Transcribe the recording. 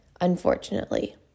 unfortunately